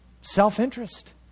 self-interest